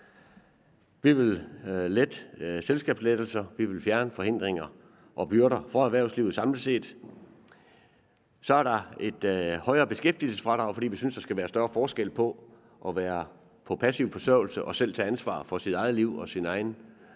Vi vil lette selskabsskatten, og vi vil fjerne forhindringer og byrder for erhvervslivet samlet set. Så har vi et højere beskæftigelsesfradrag, fordi vi synes, at der skal være større forskel på at være på passiv forsørgelse og selv tage ansvaret for sit eget liv og